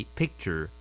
picture